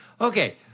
okay